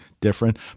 different